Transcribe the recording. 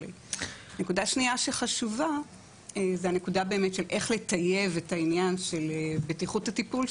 נקודה חשובה נוספת היא איך לטייב את עניין בטיחות הטיפול,